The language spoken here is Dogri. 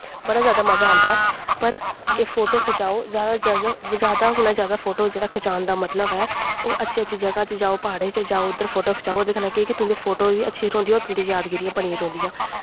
बड़ा जादा मज़ा आंदा ऐ पर एह् फोटो खचाओ जादा जादा जादा कोला जादा फोटो जेह्ड़ा खचान दा मतलब ऐ ओह् अच्छी अच्छी जगह् च जाओ प्हाड़ें च जाओ उद्धर फोटो खचाओ ओह्दे कन्नै केह् होंदा कि तुं'दी फोटोआं बी अच्छियां रौंह्दियां होर तुं'दियां यादगिरियां बनी दियां रौंह्दियां